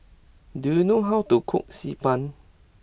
do you know how to cook Xi Ban